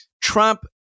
Trump